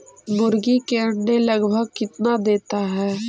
मुर्गी के अंडे लगभग कितना देता है?